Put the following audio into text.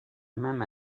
même